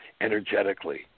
energetically